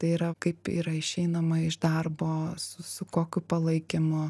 tai yra kaip yra išeinama iš darbo su su kokiu palaikymu